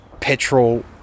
petrol